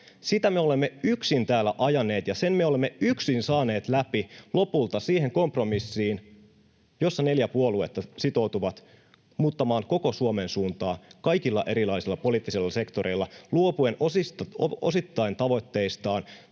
Sitä me olemme yksin täällä ajaneet, ja sen me olemme yksin saaneet läpi lopulta siihen kompromissiin, jossa neljä puoluetta sitoutuvat muuttamaan koko Suomen suuntaa kaikilla erilaisilla poliittisilla sektoreilla, [Eerikki Viljasen